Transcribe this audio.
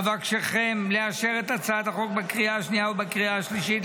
אבקשכם לאשר את הצעת החוק בקריאה שנייה ובקריאה שלישית.